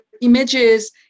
images